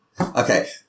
Okay